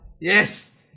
Yes